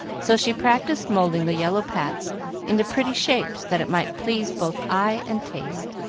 so she practised moulding the yellow pats into pretty shapes, that it might please both eye and taste.